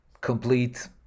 complete